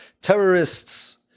terrorists